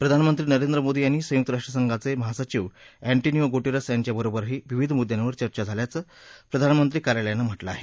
प्रधानमंत्री नरेंद्र मोदी आणि संयुक्त राष्ट्र संघाचमिहासचिव अर्टेकिओ गुटर्खि यांच्यातही विविध मुद्यांवर चर्चा झाल्याचं प्रधानमंत्री कार्यालयानं म्हटलं आह